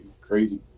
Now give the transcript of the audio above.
crazy